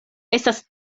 estas